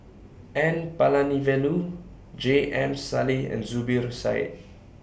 N Palanivelu J M Sali and Zubir Said